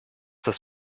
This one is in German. das